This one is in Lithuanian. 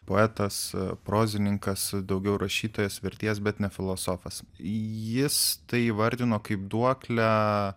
poetas prozininkas daugiau rašytojas vertėjas bet ne filosofas jis tai įvardino kaip duoklę